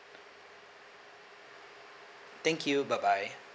thank you bye bye